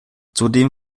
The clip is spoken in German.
zudem